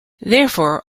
therefore